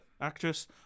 actress